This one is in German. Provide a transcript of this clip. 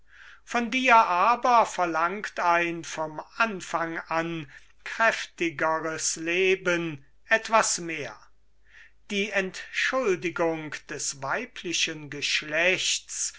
von dir verlangt ein vom anfang an kräftigeres leben etwas mehr die entschuldigung des weiblichen geschlechts